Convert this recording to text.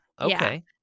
Okay